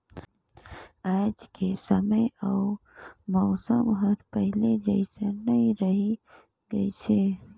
आयज के समे अउ मउसम हर पहिले जइसन नइ रही गइस हे